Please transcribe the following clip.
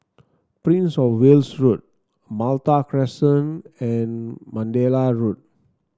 Prince Of Wales Road Malta Crescent and Mandalay Road